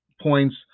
points